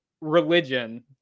religion